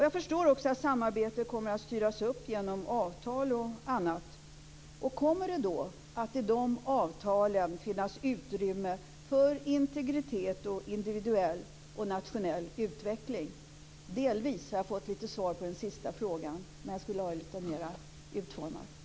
Jag förstår också att samarbetet ska styras upp genom avtal och annat. Kommer det då i dessa avtal att finnas utrymme för integritet, individuell och nationell utveckling? Delvis har jag fått svar på den sista frågan, men jag skulle vilja ha ett lite mer utförligt svar.